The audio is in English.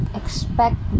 expect